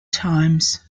times